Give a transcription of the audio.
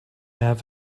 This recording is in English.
have